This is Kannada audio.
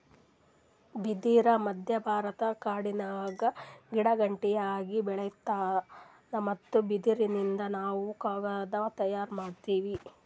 ಬಿದಿರ್ ಮಧ್ಯಭಾರತದ ಕಾಡಿನ್ಯಾಗ ಗಿಡಗಂಟಿಯಾಗಿ ಬೆಳಿತಾದ್ ಮತ್ತ್ ಬಿದಿರಿನಿಂದ್ ನಾವ್ ಕಾಗದ್ ತಯಾರ್ ಮಾಡತೀವಿ